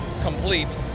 complete